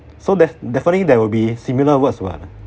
so there's definitely there will be similar words [what]